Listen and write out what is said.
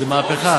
זו מהפכה.